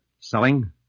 Selling